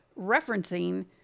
referencing